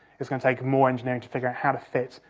it's going to take more engineering to figure out how to fit,